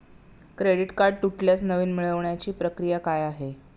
Credit card तुटल्यास नवीन मिळवण्याची प्रक्रिया काय आहे?